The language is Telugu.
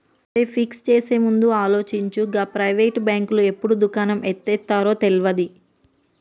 ఒరేయ్, ఫిక్స్ చేసేముందు ఆలోచించు, గా ప్రైవేటు బాంకులు ఎప్పుడు దుకాణం ఎత్తేత్తరో తెల్వది